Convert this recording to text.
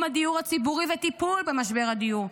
הדיור הציבורי ולטיפול במשבר הדיור.